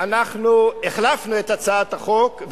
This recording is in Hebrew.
אנחנו החלפנו את הצעת החוק,